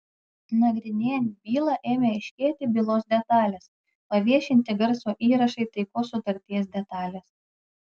nagrinėjant bylą ėmė aiškėti bylos detalės paviešinti garso įrašai taikos sutarties detalės